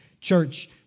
church